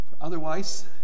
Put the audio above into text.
Otherwise